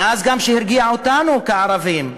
מאז שגם הרגיע אותנו, כערבים,